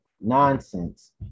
nonsense